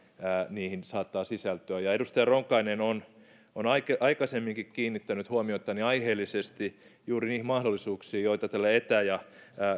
niihin saattaa sisältyä edustaja ronkainen on on aikaisemminkin kiinnittänyt huomiotani aiheellisesti juuri niihin mahdollisuuksiin joita etä ja